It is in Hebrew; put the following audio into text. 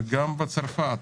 וגם בצרפת.